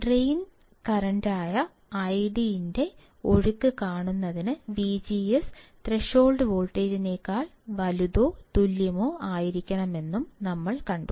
drain കറന്റായ ID ന്റെ ഒഴുക്ക് കാണുന്നതിന് VGS ത്രെഷോൾഡ് വോൾട്ടേജിനേക്കാൾ വലുതോ തുല്യമോ ആയിരിക്കണമെന്നും ഞങ്ങൾ കണ്ടു